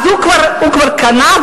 הוא כבר קנה,